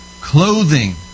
Clothing